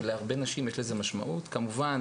ועבור הרבה נשים יש לזה משמעות; כמובן